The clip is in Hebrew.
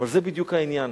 אבל זה בדיוק העניין: